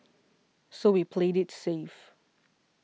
so we played it safe